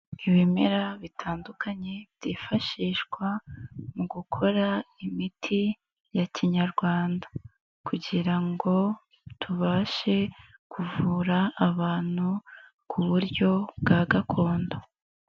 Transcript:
Ibimera bitandukanye byifashishwa mu gukora imiti ya kinyarwanda, kugira ngo tubashe kuvura abantu ku buryo bwa gakondo.